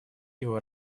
его